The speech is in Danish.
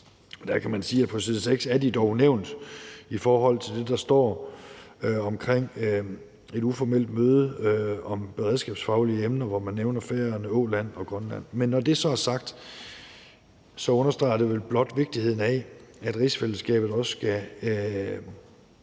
det kan man sige, at på side 6 er de dog nævnt i det, der står omkring et uformelt møde om beredskabsfaglige emner, hvor man nævner Færøerne, Åland og Grønland. Men når det så er sagt, understreger det vel blot vigtigheden af, at rigsfællesskabet også skal